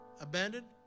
abandoned